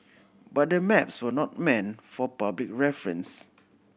but the maps were not meant for public reference